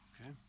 Okay